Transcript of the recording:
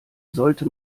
sollte